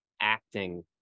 acting